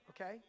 Okay